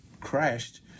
crashed